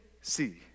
see